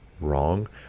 wrong